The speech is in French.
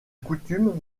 coutume